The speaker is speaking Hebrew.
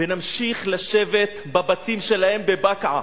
ונמשיך לשבת בבתים שלהם בבקעה.